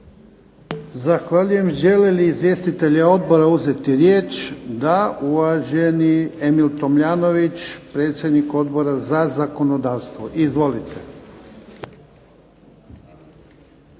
Zahvaljujem. Žele li izvjestitelji odbora uzeti riječ? Da. Uvaženi Emil Tomljanović, predsjednik Odbora za zakonodavstvo. Izvolite.